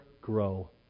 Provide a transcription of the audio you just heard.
grow